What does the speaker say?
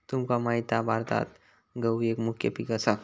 तुमका माहित हा भारतात गहु एक मुख्य पीक असा